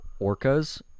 orcas